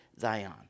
Zion